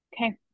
okay